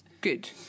Good